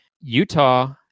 Utah